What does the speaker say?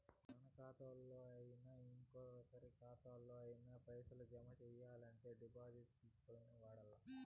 మన కాతాల్లోనయినా, ఇంకెవరి కాతాల్లోనయినా పైసలు జమ సెయ్యాలంటే డిపాజిట్ స్లిప్పుల్ని వాడల్ల